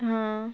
হ্যাঁ